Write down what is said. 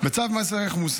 לצד צו מס ערך מוסף,